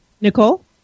Nicole